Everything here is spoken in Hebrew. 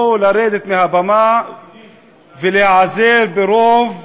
לא לרדת מהבמה ולהיעזר ברוב,